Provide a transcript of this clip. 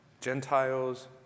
Gentiles